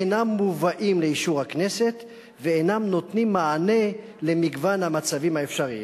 אינם מובאים לאישור הכנסת ואינם נותנים מענה למגוון המצבים האפשריים,